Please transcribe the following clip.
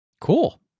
cool